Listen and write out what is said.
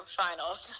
finals